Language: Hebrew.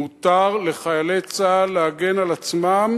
מותר לחיילי צה"ל להגן על עצמם